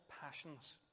passions